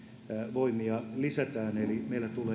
voimia lisätään eli meille tulee niitä lisää